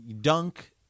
Dunk